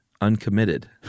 uncommitted